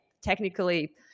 technically